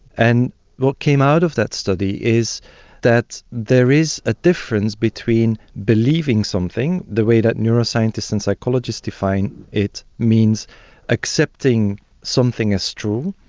and what came out of that study is that there is a difference between believing something, the way that neuroscientists and psychologists define it means accepting something is true,